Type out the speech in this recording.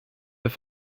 this